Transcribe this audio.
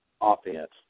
offense